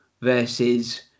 versus